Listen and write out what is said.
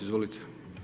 Izvolite.